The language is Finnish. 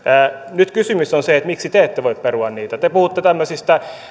nyt kysymys on siitä miksi te ette voi perua niitä te